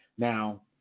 Now